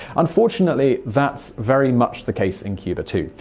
unfortunately, that's very much the case in cuba too.